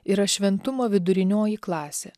yra šventumo vidurinioji klasė